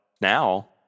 now